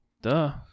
Duh